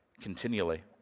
continually